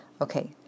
Okay